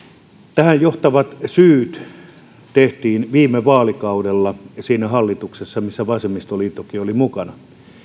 tähän johtavat syyt tehtiin viime vaalikaudella siinä hallituksessa missä vasemmistoliittokin oli mukana